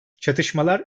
çatışmalar